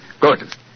Good